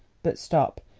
but stop,